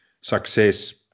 success